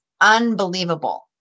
unbelievable